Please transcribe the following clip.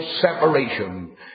separation